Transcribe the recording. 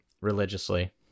religiously